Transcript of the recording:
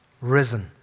risen